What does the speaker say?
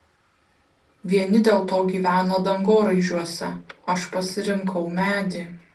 vieni dėl to gyvena dangoraižiuose aš pasirinkau medį